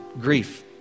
grief